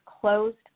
closed